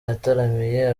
yataramiye